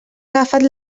agafat